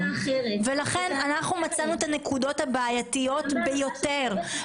לכן מצאנו את הנקודות הבעייתיות ביותר,